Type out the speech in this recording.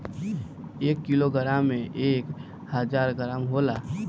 एक किलोग्राम में एक हजार ग्राम होला